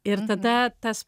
ir tada tas